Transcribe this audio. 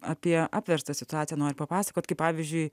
apie apverstą situaciją noriu papasakot kaip pavyzdžiui